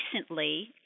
recently